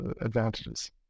advantages